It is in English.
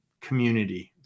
community